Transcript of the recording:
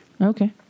Okay